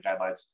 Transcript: guidelines